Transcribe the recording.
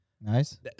Nice